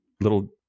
Little